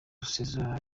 césar